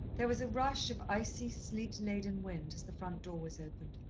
there was a rush of icy, sleet-laden wind, as the front door was opened.